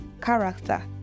character